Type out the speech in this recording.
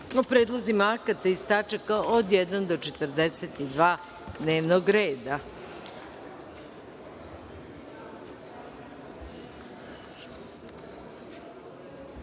o predlozima akata iz tačaka od 1. do 42. dnevnog reda. Da